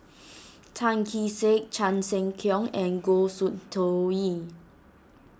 Tan Kee Sek Chan Sek Keong and Goh Soon Tioe